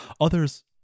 others